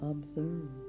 Observe